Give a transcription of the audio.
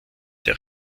der